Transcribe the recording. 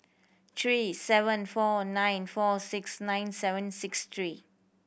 three seven four nine four six nine seven six three